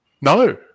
No